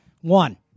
One